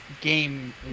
game